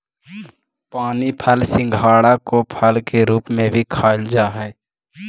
पानी फल सिंघाड़ा को फल के रूप में भी खाईल जा हई